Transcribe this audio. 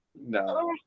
No